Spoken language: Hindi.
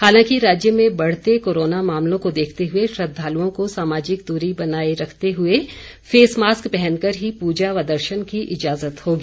हालांकि राज्य में बढ़ते कोरोना मामलों को देखते हुए श्रद्धालुओं को सामाजिक दूरी बनाए रखते हुए फेस मास्क पहनकर ही पूजा व दर्शन करने की इजाजत होगी